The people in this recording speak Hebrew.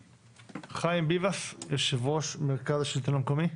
חיים ביבס, יושב ראש מרכז השלטון המקומי.